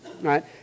right